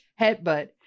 headbutt